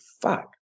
fuck